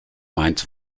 mainz